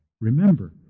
remember